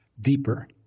deeper